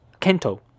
Kento